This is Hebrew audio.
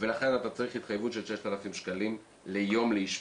ולכן אתה צריך התחייבות של 6,000 שקלים ליום לאשפוז.